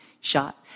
shot